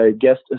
guest